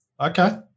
Okay